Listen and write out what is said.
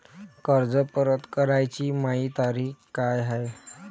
कर्ज परत कराची मायी तारीख का हाय?